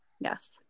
yes